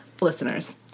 Listeners